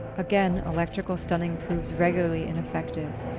again electrical stunning proves regularly ineffective,